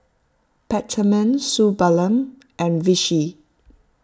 Peptamen Suu Balm and Vichy